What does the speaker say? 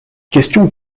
questions